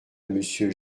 monsieur